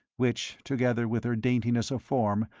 which, together with her daintiness of form,